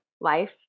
life